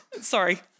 Sorry